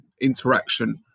interaction